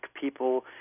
people